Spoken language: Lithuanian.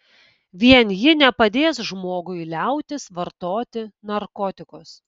vien ji nepadės žmogui liautis vartoti narkotikus